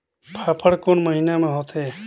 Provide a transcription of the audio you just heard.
फाफण कोन महीना म होथे?